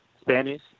Spanish